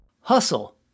Hustle